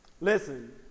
Listen